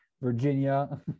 Virginia